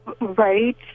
Right